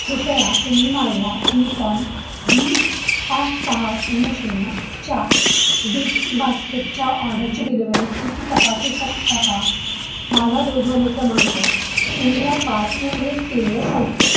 कृपया तुम्ही माझ्या निकॉन डी पाच सहा शून्य शून्य च्या बिगबास्केटच्या ऑर्डरची डिलिव्हरी स्थिती तपासू शकता का माझा दूरध्वनी क्रमांक शून्य पाच एक तीनने संपतो